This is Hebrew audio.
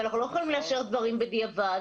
ואנחנו לא יכולים לאשר דברים בדיעבד.